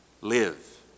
live